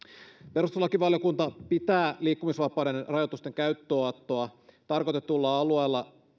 perustuslakivaliokunta pitää liikkumisvapauden rajoitusten käyttöönottoa tarkoitetulla alueella